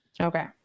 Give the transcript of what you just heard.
okay